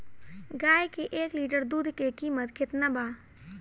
गाय के एक लीटर दुध के कीमत केतना बा?